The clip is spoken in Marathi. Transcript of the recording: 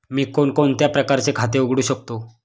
मी कोणकोणत्या प्रकारचे खाते उघडू शकतो?